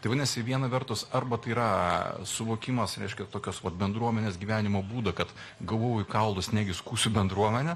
tai vadinasi viena vertus arba tai yra suvokimas reiškia tokios vat bendruomenės gyvenimo būdo kad gavau į kaulus negi skųsiu bendruomenę